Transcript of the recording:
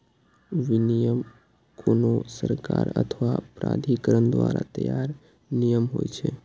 विनियम कोनो सरकार अथवा प्राधिकरण द्वारा तैयार नियम होइ छै